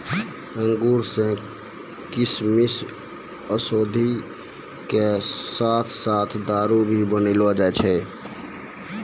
अंगूर सॅ किशमिश, औषधि के साथॅ साथॅ दारू भी बनैलो जाय छै